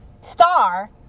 Star